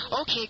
Okay